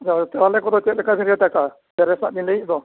ᱟᱫᱚ ᱪᱟᱣᱞᱮ ᱠᱚᱫᱚ ᱪᱮᱫᱞᱮᱠᱟ ᱵᱤᱱ ᱨᱮᱴ ᱠᱟᱣᱫᱟ ᱥᱚᱨᱮᱥᱟᱜ ᱵᱤᱱ ᱞᱟᱹᱭᱮᱫ ᱫᱚ